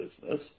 business